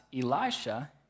Elisha